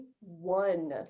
one